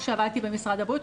כשעבדתי במשרד הבריאות,